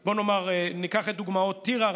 ניקח את דוגמאות טירה,